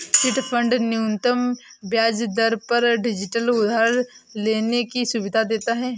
chit fund न्यूनतम ब्याज दर पर डिजिटल उधार लेने की सुविधा देता है